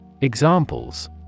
Examples